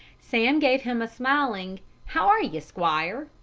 sam gave him a smiling how are ye, squire?